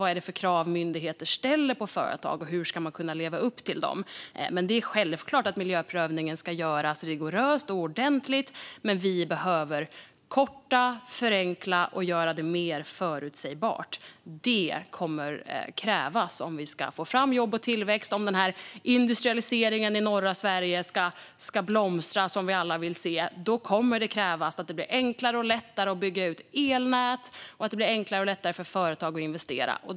Vad är det för krav myndigheter ställer på företag, och hur ska man kunna leva upp till dem? Självklart ska miljöprövningen göras rigoröst och ordentligt, men vi behöver korta tiden, förenkla och göra det mer förutsägbart. Det kommer att krävas om vi ska få fram jobb och tillväxt. Om industrialiseringen i norra Sverige ska blomstra, som vi alla vill, kommer det att krävas att det blir enklare och lättare att bygga ut elnät och enklare och lättare för företag att investera.